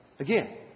again